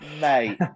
Mate